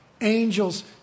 Angels